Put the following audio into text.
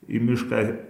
į mišką